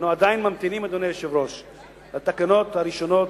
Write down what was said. אנו עדיין ממתינים לתקנות הראשונות,